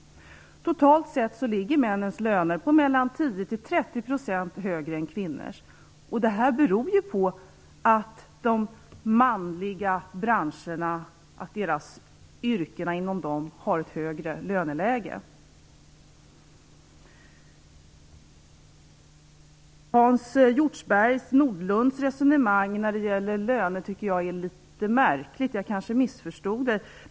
Totalt sett ligger männens löner 10-30 % högre än kvinnors. Detta beror ju på att yrkena inom de manliga branscherna har ett högre löneläge. Hans Hjortzberg-Nordlunds resonemang när det gäller löner tycker jag är litet märkligt. Jag kanske missförstod det.